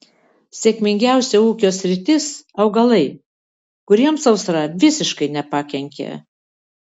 sėkmingiausia ūkio sritis augalai kuriems sausra visiškai nepakenkė